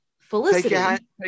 felicity